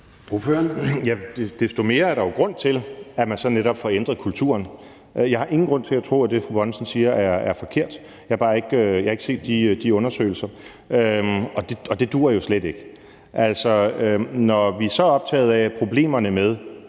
desto mere er der jo så netop grund til, at man får ændret kulturen, og jeg har ingen grund til at tro, at det, som fru Helle Bonnesen siger, er forkert. Jeg har bare ikke set de undersøgelser. Og det duer jo slet ikke. Når vi så er optagede af problemerne med